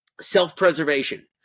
self-preservation